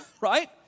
Right